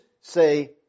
say